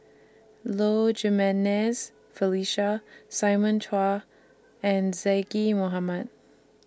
Low Jimenez Felicia Simon Chua and Zaqy Mohamad